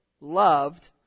loved